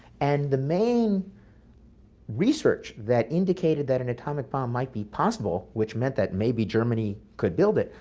and the main research that indicated that an atomic bomb might be possible, which meant that maybe germany could build it,